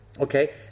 Okay